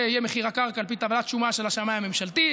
וזה יהיה מחיר הקרקע על פי טבלת שומה של השמאי הממשלתי,